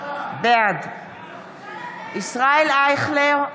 בעד ישראל אייכלר,